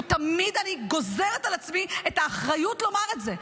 תמיד אני גוזרת על עצמי את האחריות לומר את זה.